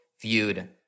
viewed